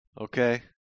okay